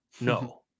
No